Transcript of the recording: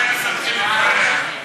מתי מספחים את מעלה-אדומים?